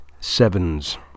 Sevens